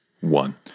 One